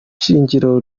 shingiro